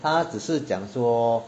他只是讲说